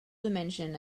dimension